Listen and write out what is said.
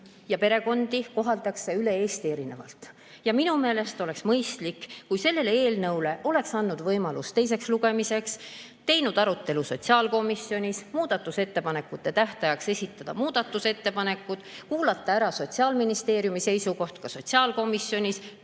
ja perekondi koheldakse üle Eesti erinevalt. Ja minu meelest oleks mõistlik, kui sellele eelnõule oleks antud võimalust teiseks lugemiseks, tehtud arutelu sotsiaalkomisjonis, muudatusettepanekute tähtajaks esitatud muudatusettepanekud, kuulatud ära Sotsiaalministeeriumi seisukoht ka sotsiaalkomisjonis,